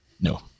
No